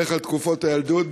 בדרך כלל תקופות הילדות,